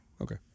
Okay